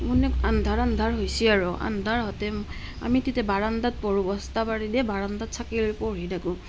মানে আন্ধাৰ আন্ধাৰ হৈছে আৰু আন্ধাৰ হওঁতে আমি তেতিয়া বাৰান্দাত পঢ়োঁ বস্তা পাৰি দিয়ে বাৰান্দাত চাকি লৈ পঢ়ি থাকোঁ